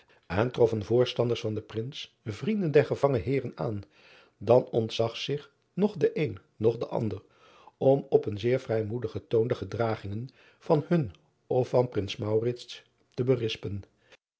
en troffen voorstanders van den rins vrienden der gevangen eeren aan dan ontzag zich noch de een noch de ander om op een zeer vrijmoedigen toon de gedragingen van hun of van rins te berispen